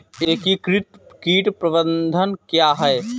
एकीकृत कीट प्रबंधन क्या है?